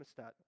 thermostat